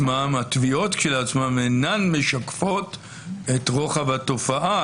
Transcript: שהתביעות כשלעצמן אינן משקפות את רוחב התופעה.